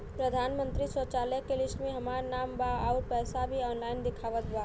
प्रधानमंत्री शौचालय के लिस्ट में हमार नाम बा अउर पैसा भी ऑनलाइन दिखावत बा